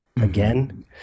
again